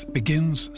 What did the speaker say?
begins